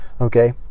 okay